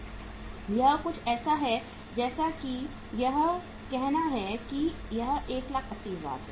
यह कुछ ऐसा है जैसा कि यह कहना है कि यह 180000 है